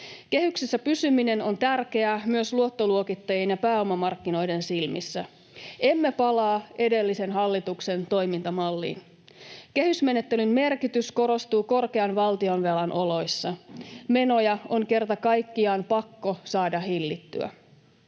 Kehyksissä pysyminen on tärkeää myös luottoluokittajien ja pääomamarkkinoiden silmissä. Emme palaa edellisen hallituksen toimintamalliin. Kehysmenettelyn merkitys korostuu korkean valtionvelan oloissa. Menoja on kerta kaikkiaan pakko saada hillittyä.